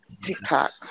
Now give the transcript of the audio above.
TikTok